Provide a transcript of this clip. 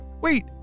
Wait